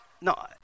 no